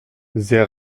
sehr